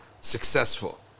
successful